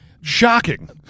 Shocking